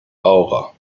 aura